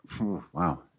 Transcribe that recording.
wow